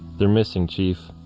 they're missing chief.